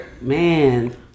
man